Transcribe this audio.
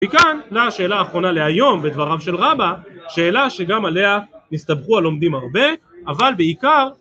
מכאן לשאלה האחרונה להיום בדבריו של רבא, שאלה שגם עליה נסתבכו הלומדים הרבה, אבל בעיקר